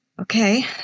Okay